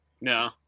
No